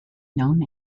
known